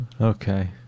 Okay